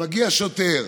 מגיע שוטר